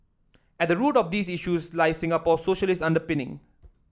at the root of these issues lie Singapore socialist underpinning